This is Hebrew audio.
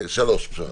3 דקות, פשרה.